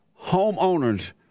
homeowners